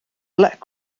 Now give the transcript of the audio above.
black